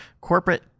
corporate